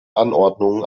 anordnungen